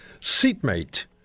seatmate